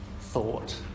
thought